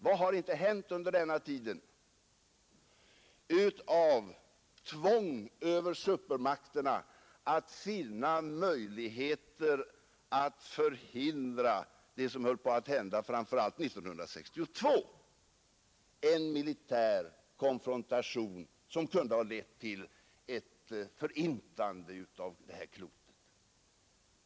Vad har inte hänt under den tiden av tvång över supermakterna att finna möjligheter att förhindra det som höll på att hända framför allt 1962, en militär konfrontation som kunde ha lett till ett förintande av det här klotet!